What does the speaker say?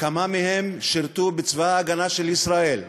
כמה מהם שירתו בצבא ההגנה לישראל.